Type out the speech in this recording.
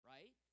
Right